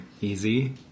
easy